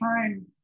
time